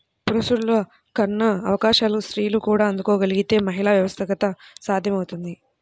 పురుషులకున్న అవకాశాలకు స్త్రీలు కూడా అందుకోగలగితే మహిళా వ్యవస్థాపకత సాధ్యమవుతుంది